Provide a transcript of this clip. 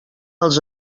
els